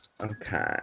okay